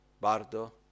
bardo